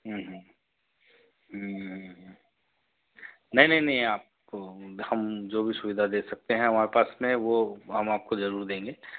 नहीं नहीं नहीं आपको हम जो भी सुविधा दे सकते हैं हमारे पास में वो हम आपको जरूर देंगे